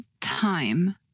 time